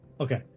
Okay